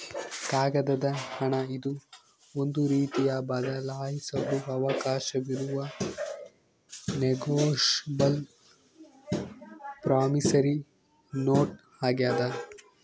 ಕಾಗದದ ಹಣ ಇದು ಒಂದು ರೀತಿಯ ಬದಲಾಯಿಸಲು ಅವಕಾಶವಿರುವ ನೆಗೋಶಬಲ್ ಪ್ರಾಮಿಸರಿ ನೋಟ್ ಆಗ್ಯಾದ